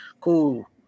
cool